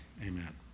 amen